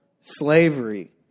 slavery